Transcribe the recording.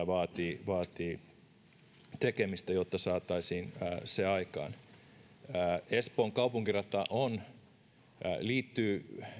vaatii vaatii vielä tekemistä jotta saataisiin se aikaan espoon kaupunkirata liittyy